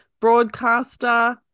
broadcaster